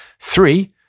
three